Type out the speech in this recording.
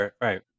right